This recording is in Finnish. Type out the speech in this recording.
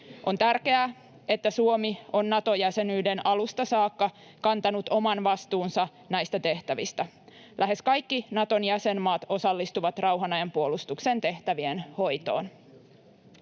On tärkeää, että Suomi on Nato-jäsenyyden alusta saakka kantanut oman vastuunsa näistä tehtävistä. Lähes kaikki Naton jäsenmaat osallistuvat rauhan ajan puolustuksen tehtävien hoitoon.